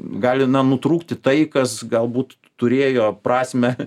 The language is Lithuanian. gali nutrūkti tai kas galbūt turėjo prasmę